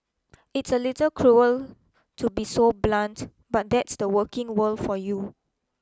it's a little cruel to be so blunt but that's the working world for you